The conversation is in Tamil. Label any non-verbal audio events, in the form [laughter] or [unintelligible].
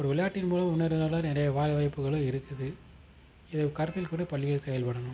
ஒரு விளையாட்டின் மூலம் முன்னேற [unintelligible] நிறைய வாய் வாய்ப்புகளும் இருக்குது இதை கருத்தில் கொண்டு பள்ளிகள் செயல்படணும்